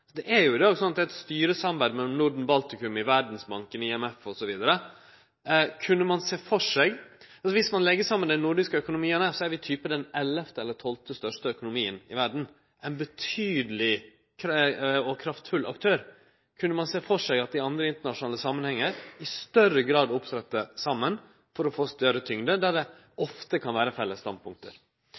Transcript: Det er i dag eit styresamarbeid mellom Norden og Baltikum i Verdensbanken, IMF osv. Dersom ein legg saman dei nordiske økonomiane, er vi den ellevte eller tolvte største økonomien i verda – ein betydeleg og kraftfull aktør. Kunne ein sjå for seg at ein i andre internasjonale samanhengar, der det ofte kan vere felles standpunkt, i større grad opptredde saman for å få større tyngd? Eg sluttar meg òg til det